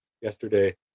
yesterday